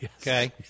Okay